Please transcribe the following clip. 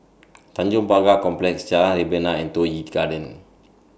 Tanjong Pagar Complex Jalan Rebana and Toh Yi Garden